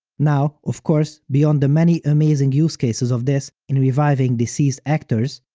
now, of course, beyond the many amazing use-cases of this in reviving deceased actors,